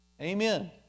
Amen